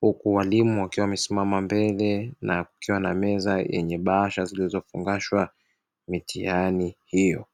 huku walimu wakiwa wamesimama mbele na kukiwa na meza yenye bahasha zilizofungashwa mitihani hiyo.